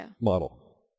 model